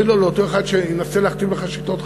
אוי לאותו אחד שינסה להכתיב לך שיטות חקירה,